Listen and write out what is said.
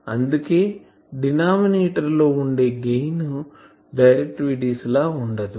అందుకే డినామినేటర్ లో వుండే గెయిన్ డైరెక్టివిటీ లా ఉండదు